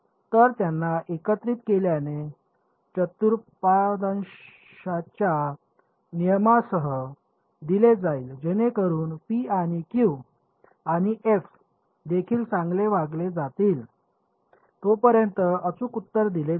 तर त्यांना एकत्रित केल्याने चतुष्पादांच्या नियमांसह दिले जाईल जेणेकरून पी आणि क्यू आणि एफ देखील चांगले वागले जातील तोपर्यंत अचूक उत्तरे दिली जातील